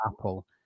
Apple